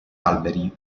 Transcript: alberi